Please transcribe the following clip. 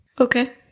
Okay